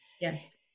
Yes